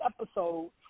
episode